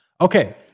Okay